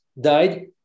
died